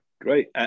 Great